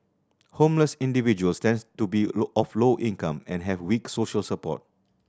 homeless individuals tends to be of low income and have weak social support